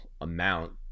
amount